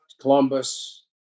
Columbus